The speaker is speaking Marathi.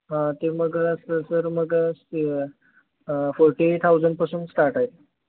हां ते मग असेल तर मग ते फोर्टी एट थाउजंडपासून स्टार्ट आहे